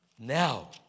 Now